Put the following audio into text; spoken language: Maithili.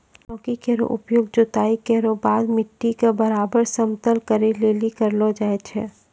चौकी केरो उपयोग जोताई केरो बाद मिट्टी क बराबर समतल करै लेलि करलो जाय छै